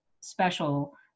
special